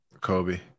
Kobe